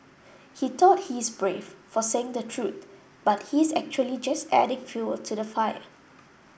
he thought he's brave for saying the truth but he's actually just adding fuel to the fire